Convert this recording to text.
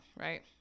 right